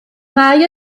mae